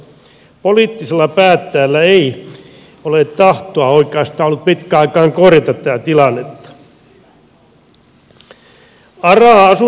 poliittisilla päättäjillä ei ole oikeastaan ollut tahtoa pitkään aikaan korjata tätä tilannetta